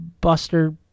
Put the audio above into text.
Buster